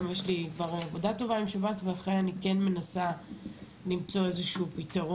יש לי עבודה טובה עם שב"ס ולכן אני כן מנסה למצוא איזה פתרון.